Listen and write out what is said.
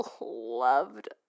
loved